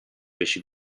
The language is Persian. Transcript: بشی